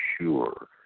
sure